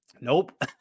Nope